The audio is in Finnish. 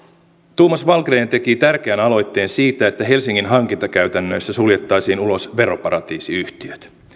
thomas wallgren teki tärkeän aloitteen siitä että helsingin hankintakäytännöissä suljettaisiin ulos veroparatiisiyhtiöt